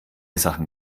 sachen